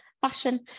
fashion